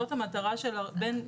זאת המטרה בין יתר המטרות.